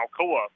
Alcoa